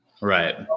Right